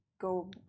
Go